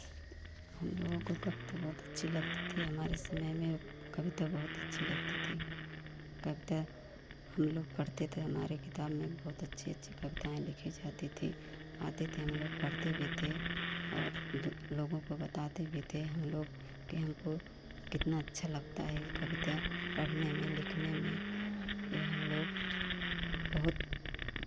हम लोगों को कविता बहुत अच्छी लगती थी हमारे समय में कविता बहुत अच्छी लगती थी कविता हम लोग पढ़ते थे हमारे किताब में बहुत अच्छी अच्छी कविताएँ लिखी जाती थी आते थे हम लोग पढ़ते भी थे और दो लोगों को बताते भी थे हम लोग कि हमको कितना अच्छा लगता है ये कविता पढ़ने में लिखने में ये हम लोग बहुत